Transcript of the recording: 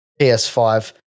PS5